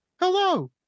Hello